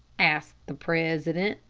asked the president.